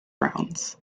grounds